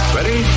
Ready